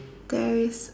there is